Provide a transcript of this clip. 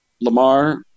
Lamar